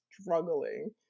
struggling